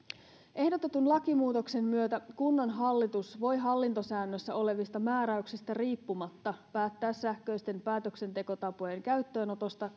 ehdotetun lakimuutoksen myötä kunnanhallitus voi hallintosäännössä olevista määräyksistä riippumatta päättää sähköisten päätöksentekotapojen käyttöönotosta